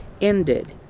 ended